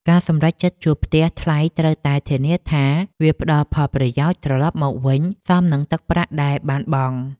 ការសម្រេចចិត្តជួលផ្ទះថ្លៃត្រូវតែធានាថាវាផ្តល់ផលប្រយោជន៍ត្រឡប់មកវិញសមនឹងទឹកប្រាក់ដែលបានបង់។